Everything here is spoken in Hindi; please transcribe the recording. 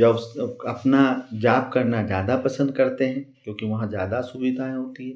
जॉब्स अपनी जॉब करना ज़्यादा पसन्द करते हैं क्योंकि वहाँ ज़्यादा सुविधाएँ होती हैं